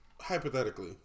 hypothetically